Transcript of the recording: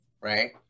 right